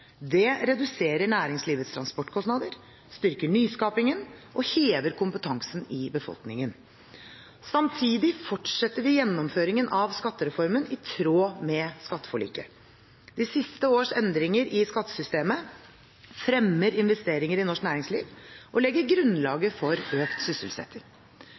Det reduserer næringslivets transportkostnader, styrker nyskapingen og hever kompetansen i befolkningen. Samtidig fortsetter vi gjennomføringen av skattereformen i tråd med skatteforliket. De siste års endringer i skattesystemet fremmer investeringer i norsk næringsliv og legger grunnlaget for økt sysselsetting.